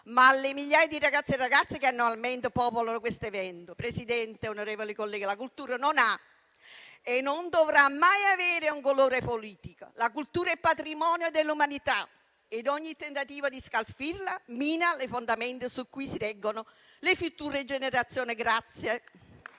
alle migliaia di ragazzi e ragazze che annualmente popolano questo evento. Signor Presidente, onorevoli colleghi, la cultura non ha e non dovrà mai avere un colore politico. La cultura è patrimonio dell'umanità e ogni tentativo di scalfirla mina le fondamenta su cui si reggono le future generazioni.